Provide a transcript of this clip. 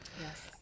Yes